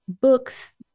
books